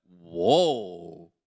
Whoa